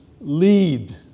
lead